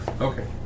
Okay